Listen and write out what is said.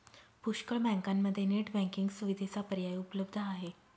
पुष्कळ बँकांमध्ये net banking सुविधेचा पर्याय उपलब्ध आहे